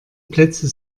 plätze